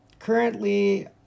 Currently